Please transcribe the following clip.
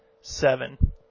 seven